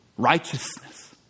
Righteousness